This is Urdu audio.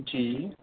جی